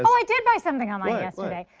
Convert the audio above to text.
i did buy something online yesterday.